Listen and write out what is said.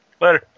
Later